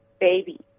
baby